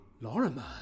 Lorimer